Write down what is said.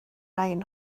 rain